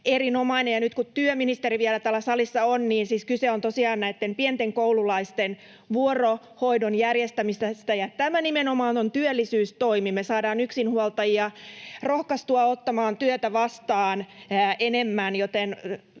erinomainen. Ja nyt kun työministeri on vielä täällä salissa, niin kyse on siis tosiaan näitten pienten koululaisten vuorohoidon järjestämisestä, ja tämä on nimenomaan työllisyystoimi. Me saadaan yksinhuoltajia rohkaistua ottamaan enemmän työtä vastaan, joten